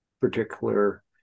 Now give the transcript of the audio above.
particular